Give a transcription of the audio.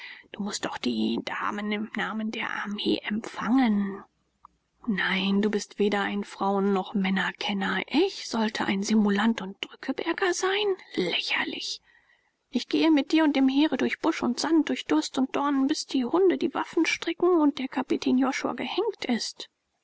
du mußt doch die damen im namen der armee empfangen nein du bist weder ein frauen noch männerkenner ich sollte ein simulant und drückeberger sein lächerlich ich gehe mit dir und dem heere durch busch und sand durch durst und dornen bis die hunde die waffen strecken und der kapitän josua gehenkt ist